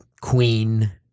queen